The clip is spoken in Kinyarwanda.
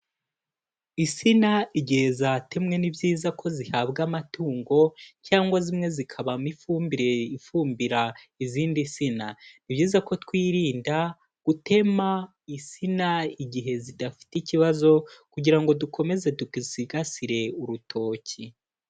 Insina igihe zatemwe ni byiza ko zihabwa amatungo cyangwa zimwe zikabamo ifumbire ifumbira izindi nsina, ni byiza ko twirinda gutema insina igihe zidafite ikibazo kugira ngo dukomeze dusigasire urutoki.